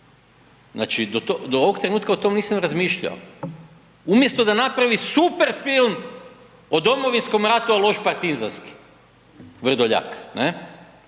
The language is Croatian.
Znači do ovoga trenutka o tome nisam razmišljao, umjesto da napravi super film o Domovinskom ratu, a loš partizanski Vrdoljak, ne.